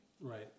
Right